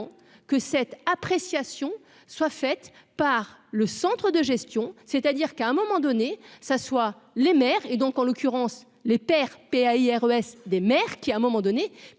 que cette appréciation soit faite par le centre de gestion, c'est-à-dire qu'à un moment donné, ça soit les maires et donc en l'occurrence les pères P I R E S des maires qui, à un moment donné